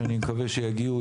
שאני מקווה שיגיעו,